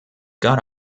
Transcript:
got